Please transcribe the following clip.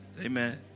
Amen